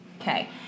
okay